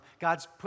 God's